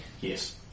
Yes